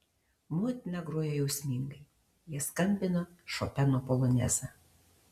motina grojo jausmingai jie skambino šopeno polonezą